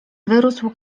wyrósł